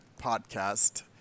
Podcast